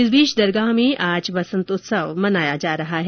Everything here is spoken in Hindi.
इस बीच दरगाह में आज वसंत उत्सव मनाया जा रहा है